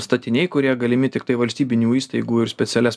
statiniai kurie galimi tiktai valstybinių įstaigų ir specialias